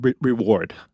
reward